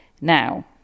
Now